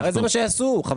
הרי זה מה שיעשו חבל,